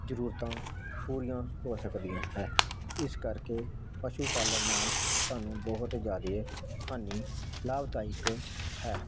ਜ਼ਰੂਰਤਾਂ ਪੂਰੀਆਂ ਹੋ ਸਕਦੀਆਂ ਹੈ ਇਸ ਕਰਕੇ ਪਸ਼ੂ ਪਾਲਣ ਨਾਲ ਸਾਨੂੰ ਬਹੁਤ ਜ਼ਿਆਦਾ ਹਾਨੀ ਲਾਭਦਾਇਕ ਹੈ